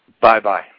Bye-bye